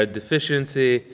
deficiency